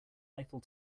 eiffel